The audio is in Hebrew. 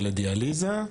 לאונקולוגיה ולדיאליזה.